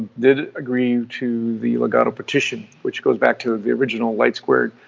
did agree to the ligado petition, which goes back to the original light squared.